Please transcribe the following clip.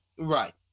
Right